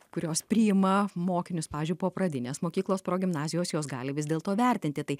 kurios priima mokinius pavyzdžiui po pradinės mokyklos progimnazijos jos gali vis dėlto vertinti tai